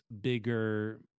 bigger